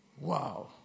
Wow